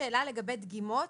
שאלה לגבי דגימות,